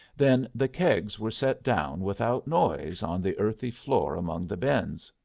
then the kegs were set down without noise on the earthy floor among the bins.